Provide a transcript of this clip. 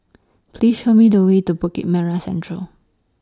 Please Show Me The Way to Bukit Merah Central